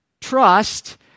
trust